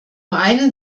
einen